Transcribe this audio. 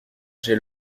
j’ai